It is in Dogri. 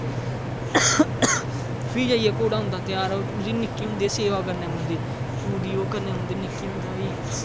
फ्ही जाइयै घोड़ा होंदा त्यार उसी निक्के होंदे सेवा करने पौंदी पूरी ओह् करने पौंदी निक्के होंदे गै